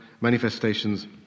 manifestations